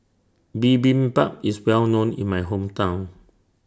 Bibimbap IS Well known in My Hometown